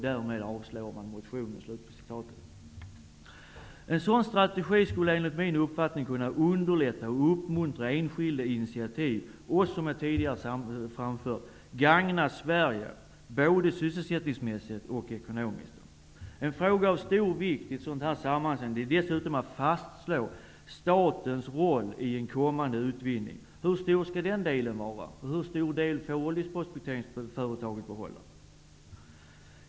Därmed avstyrker man motionen. En sådan strategi skulle enligt min uppfattning kunna underlätta och uppmuntra enskilda initiativ och, som jag tidigare framfört, gagna Sverige både sysselsättningsmässigt och ekonomiskt. En fråga av stor vikt i ett sådant sammanhang är dessutom att fastslå statens roll i en kommande utvinning. Hur stor skall den delen vara? Hur stor del får oljeprospekteringsföretaget behålla?